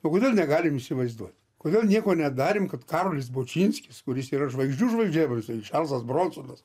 o kodėl negalim įsivaizduot kodėl nieko nedarėm kad karolis bučinskis kuris yra žvaigždžių žvaigždė arba čarlzas bronsonas